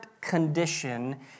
condition